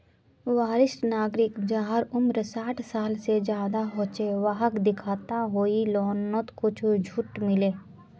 वरिष्ठ नागरिक जहार उम्र साठ साल से ज्यादा हो छे वाहक दिखाता हुए लोननोत कुछ झूट मिले